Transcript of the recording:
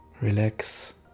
relax